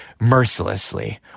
mercilessly